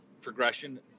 progression